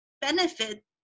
benefit